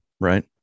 right